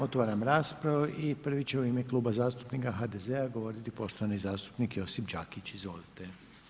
Otvaram raspravu i prvi će u ime Kluba zastupnika HDZ-a govoriti poštovani zastupnik Josip Đakić, izvolite.